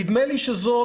נדמה לי שזה